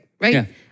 right